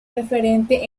referente